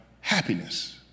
happiness